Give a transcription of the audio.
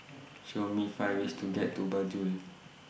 Show Me five ways to get to Banjul